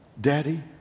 daddy